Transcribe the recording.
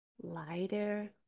lighter